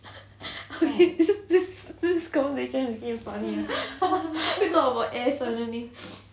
okay s~ s~ this conversation became funny talk about ass suddenly